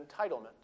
entitlement